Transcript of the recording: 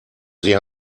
sie